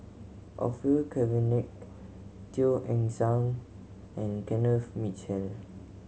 Orfeur Cavenagh Teo Eng Seng and Kenneth Mitchell